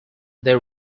they